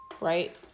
right